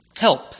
help